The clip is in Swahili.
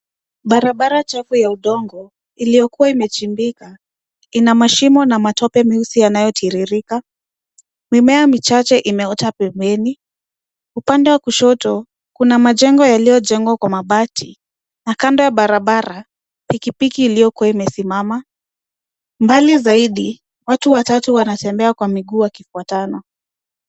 Barabara chafu ya udongo iliokuwa imechimbika ina mashimo na matope meusi yanaotiririka. Mimea michache imeota pembeni. Upande wa kushoto kuna majengo yaliojengwa kwa mabati na kando ya barabara pikipiki iliokuwa imesimama, mbali zaidi watu watatu wanatembea kwa miguu wakifwatana.